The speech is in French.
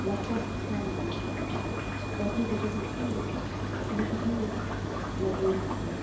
la place du parvis dans toute cette foule qu'une figure la bohémienne